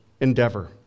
endeavor